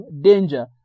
danger